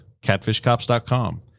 catfishcops.com